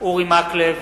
אורי מקלב,